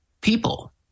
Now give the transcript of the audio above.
people